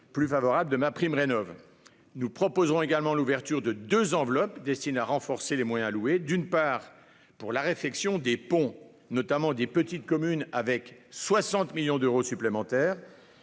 plus favorable, de MaPrimeRénov'. Nous proposerons également l'ouverture de deux enveloppes destinées à renforcer les moyens alloués, d'une part, à la réfection des ponts, notamment des petites communes, avec 60 millions d'euros supplémentaires,